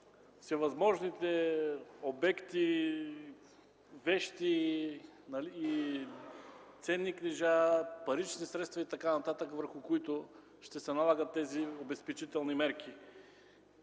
всевъзможните обекти, вещи, ценни книжа, парични средства и така нататък, върху които ще се налагат тези обезпечителни мерки?